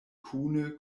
kune